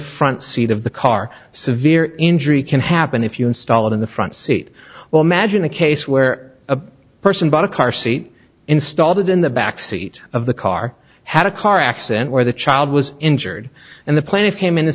front seat of the car severe injury can happen if you install it in the front seat well imagine a case where a person bought a car seat installed in the back seat of the car had a car accident where the child was injured and the plaintiff came in a